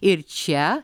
ir čia